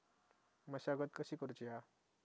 मशागत कशी करूची हा?